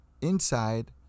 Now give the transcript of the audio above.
inside